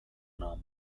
âme